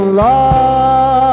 love